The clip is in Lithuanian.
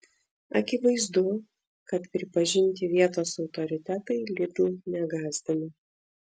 akivaizdu kad pripažinti vietos autoritetai lidl negąsdina